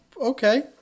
Okay